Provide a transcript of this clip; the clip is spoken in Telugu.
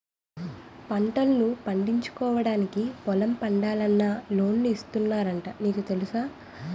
పంటల్ను పండించుకోవడానికి పొలం పండాలన్నా లోన్లు ఇస్తున్నారట నీకు తెలుసా?